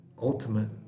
ultimate